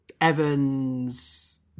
Evans